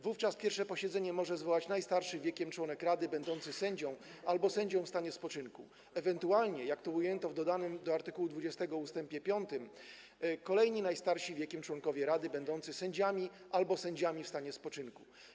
Wówczas pierwsze posiedzenie mogą zwołać najstarszy wiekiem członek rady będący sędzią albo sędzią w stanie spoczynku ewentualnie, jak to ujęto w dodanym w art. 20 ust. 5, kolejni najstarsi wiekiem członkowie rady będący sędziami albo sędziami w stanie spoczynku.